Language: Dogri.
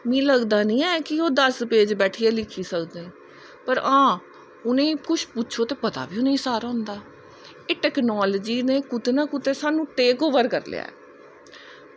मीं लगदा नी ऐ कि ओह् दस पेज़ बैठियै लिखी सकदे न पर हां उनेंगी कुछ पुच्छो ते पता बी उनेंगी सारा होंदा एह् टैकनॉलजी नै स्हानू कुतै ना कुतै टेकअवर करी लेआ ऐ